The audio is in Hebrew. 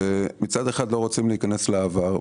מצד אחד לא רוצים להיכנס לעבר,